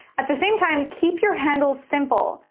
at the same time, keep your handle simple.